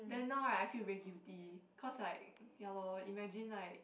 then now right I feel very guilty cause like ya lor imagine like